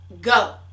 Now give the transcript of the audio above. go